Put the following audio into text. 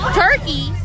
turkey